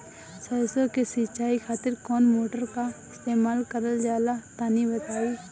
सरसो के सिंचाई खातिर कौन मोटर का इस्तेमाल करल जाला तनि बताई?